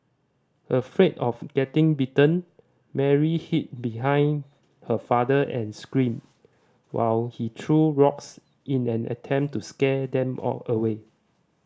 afraid of getting bitten Mary hid behind her father and screamed while he threw rocks in an attempt to scare them or away